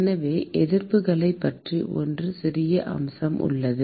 எனவே எதிர்ப்புகளைப் பற்றி 1 சிறிய அம்சம் உள்ளது